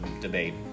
debate